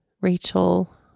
Rachel